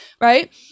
right